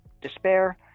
despair